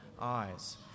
eyes